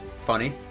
funny